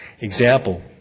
example